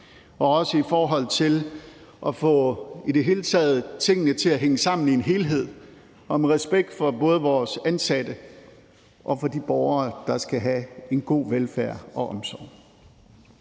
og også i forhold til i det hele taget at få tingene til at hænge sammen i en helhed og med respekt for både vores ansatte og for de borgere, der skal have en god velfærd og omsorg.